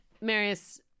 Marius